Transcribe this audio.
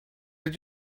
did